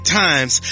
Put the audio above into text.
times